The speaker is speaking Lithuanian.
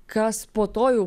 kas po to jau